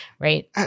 right